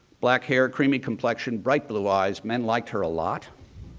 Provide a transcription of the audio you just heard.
black hair, creamy complexion, bright blue eyes, men liked her a lot.